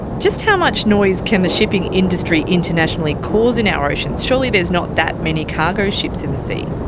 just how much noise can the shipping industry internationally cause in our oceans? surely there's not that many cargo ships in the sea?